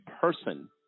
person